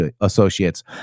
associates